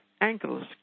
ankles